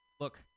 look